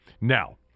Now